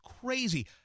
crazy